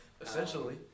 Essentially